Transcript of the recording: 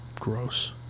Gross